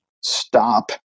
stop